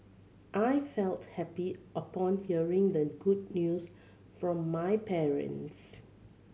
I felt happy upon hearing the good news from my parents